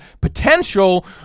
potential